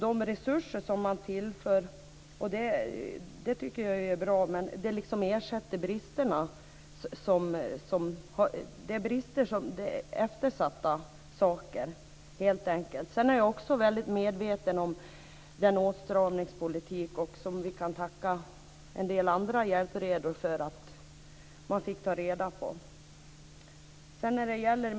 De resurser man tillför - vilket jag i och för sig tycker är bra - ersätter helt enkelt bara bristerna och de eftersatta sakerna. Jag är också väldigt medveten om åtstramningspolitiken. Vi kan ju tacka en del andra hjälpredor som fick ta reda på det hela.